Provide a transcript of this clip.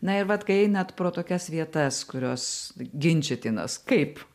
na ir vat kai einat pro tokias vietas kurios ginčytinos kaip